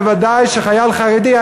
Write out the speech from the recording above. ודאי שחייל חרדי.